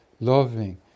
loving